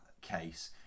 case